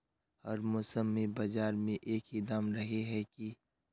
हर मौसम में बाजार में एक ही दाम रहे है की?